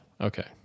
Okay